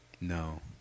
No